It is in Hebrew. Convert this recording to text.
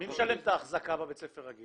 מי משלם את האחזקה בבית ספר רגיל?